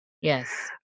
Yes